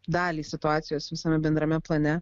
dalį situacijos visame bendrame plane